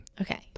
Okay